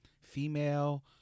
Female